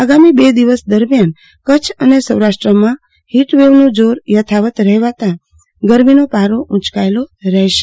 આગામી બે દિવસ દરમિયાન કચ્છ અને સૌરાષ્ટ્રમાં હિટવેવનું જોર યથાવત રહેતા ગરમીનો પારો ઉંચકાયેલો રહેશે